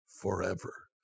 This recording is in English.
forever